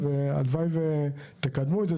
והלוואי שתקדמו את זה.